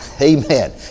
Amen